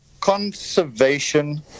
conservation